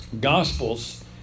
gospels